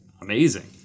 amazing